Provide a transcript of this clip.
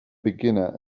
beginner